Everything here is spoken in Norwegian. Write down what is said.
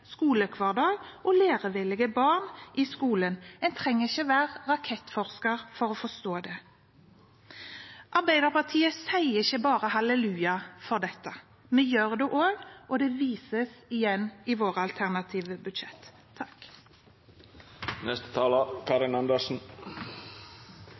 skolehverdag og lærevillige barn i skolen. En trenger ikke å være rakettforsker for å forstå det. Arbeiderpartiet sier ikke bare «hallelujah» for dette, vi gjør det også, og det vises igjen i våre alternative